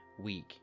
week